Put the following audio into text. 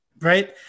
right